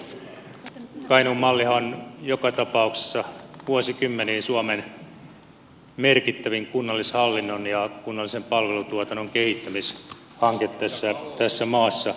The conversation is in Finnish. kainuun mallihan on joka tapauksessa vuosikymmeniin suomen merkittävin kunnallishallinnon ja kunnallisen palvelutuotannon kehittämishanke tässä maassa